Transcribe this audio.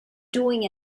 doing